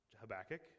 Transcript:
Habakkuk